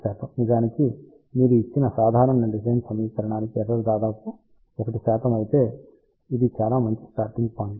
నిజానికి మీరు ఇచ్చిన సాధారణ డిజైన్ సమీకరణానికి ఎర్రర్ దాదాపు 1 అయితే ఇది చాలా మంచి స్టార్టింగ్ పాయింట్